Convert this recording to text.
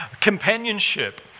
companionship